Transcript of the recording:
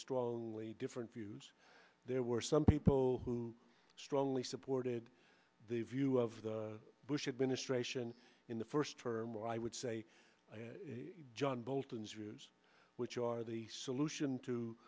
strongly different views there were some people who strongly supported the view of the bush administration in the first term what i would say john bolton's views which are the solution to